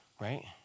right